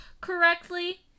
correctly